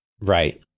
Right